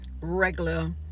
regular